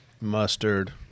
Mustard